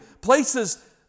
places